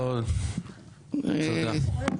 טוב תודה.